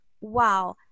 wow